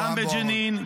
גם בג'נין,